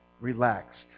relaxed